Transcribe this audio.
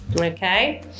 okay